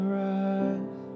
rise